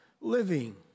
living